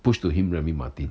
push to him Remy Martin